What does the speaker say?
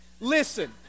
Listen